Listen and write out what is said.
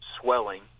swelling